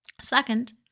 Second